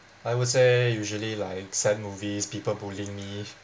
I would say usually like sad movies people bullying me